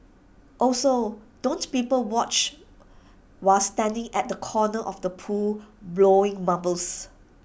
also don't people watch while standing at the corner of the pool blowing bubbles